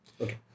Okay